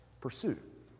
pursuit